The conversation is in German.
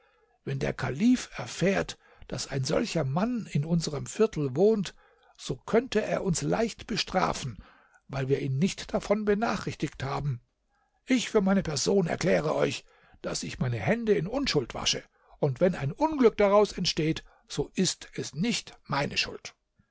wenn der kalif erfährt daß ein solcher mann in unserem viertel wohnt so könnte er uns leicht bestrafen weil wir ihn nicht davon benachrichtigt haben ich für meine person erkläre euch daß ich meine hände in unschuld wasche und wenn ein unglück daraus entsteht so ist es nicht meine schuld